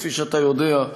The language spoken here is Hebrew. כפי שאתה יודע,